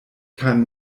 kein